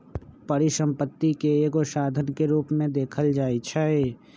परिसम्पत्ति के एगो साधन के रूप में देखल जाइछइ